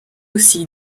aussi